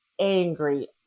angry